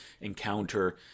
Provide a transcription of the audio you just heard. encounter